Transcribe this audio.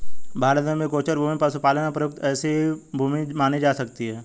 भारत में भी गोचर भूमि पशुपालन में प्रयुक्त ऐसी ही भूमि मानी जा सकती है